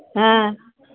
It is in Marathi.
हां